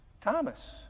Thomas